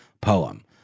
poem